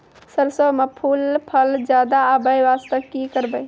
सरसों म फूल फल ज्यादा आबै बास्ते कि करबै?